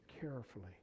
carefully